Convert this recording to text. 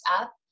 up